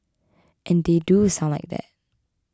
and they do sound like that